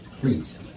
Please